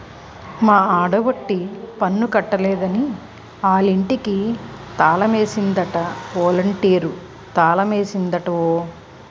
మా ఆడబొట్టి పన్ను కట్టలేదని ఆలింటికి తాలమేసిందట ఒలంటీరు తాలమేసిందట ఓ